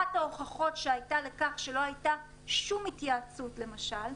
אחת ההוכחות שהייתה לכך שלא הייתה שום התייעצות למשל,